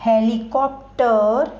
helicopter